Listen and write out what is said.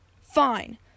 Fine